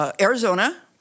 Arizona